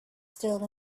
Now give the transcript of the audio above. still